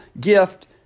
gift